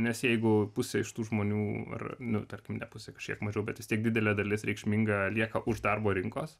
nes jeigu pusė iš tų žmonių ar nu tarkim ne pusė kažkiek mažiau bet vis tiek didelė dalis reikšmingą lieka už darbo rinkos